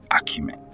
acumen